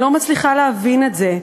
אני לא מצליחה להבין את זה.